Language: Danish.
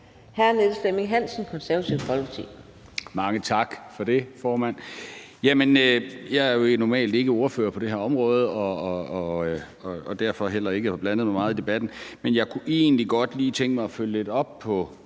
hr. Niels Flemming Hansen, Det Konservative Folkeparti.